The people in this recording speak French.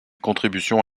contributions